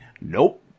Nope